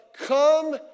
come